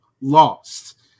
lost